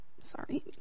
Sorry